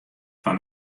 foar